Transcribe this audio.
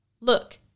look